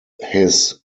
his